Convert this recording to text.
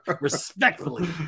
respectfully